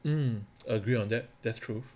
mm agree on that that's truth